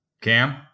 Cam